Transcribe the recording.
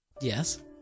Yes